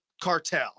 cartel